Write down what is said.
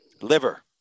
Liver